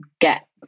get